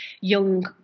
young